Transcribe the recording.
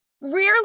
Rarely